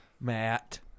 Matt